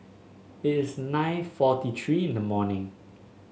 it is nine forty three in the morning